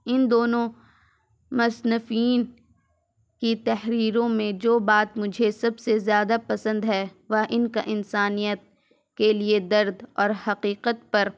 ان دونوں مصنفین کی تحریروں میں جو بات مجھے سب سے زیادہ پسند ہے وہ ان کا انسانیت کے لیے درد اور حقیقت پر